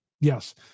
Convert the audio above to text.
Yes